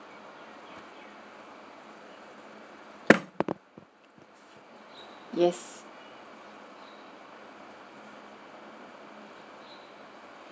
yes